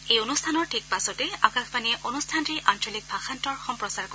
এই অনুষ্ঠানৰ ঠিক পাছতে আকাশবাণীয়ে অনুষ্ঠানটিৰ আঞ্চলিক ভাযান্তৰ সম্প্ৰচাৰ কৰিব